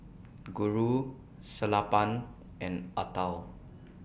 Guru Sellapan and Atal